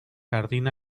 jardín